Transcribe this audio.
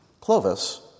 Clovis